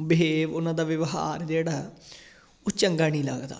behave ਉਹਨਾਂ ਦਾ ਵਿਵਹਾਰ ਜਿਹੜਾ ਉਹ ਚੰਗਾ ਨਹੀਂ ਲੱਗਦਾ